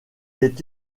est